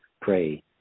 pray